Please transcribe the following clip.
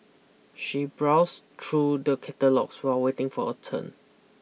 she browsed through the catalogues while waiting for her turn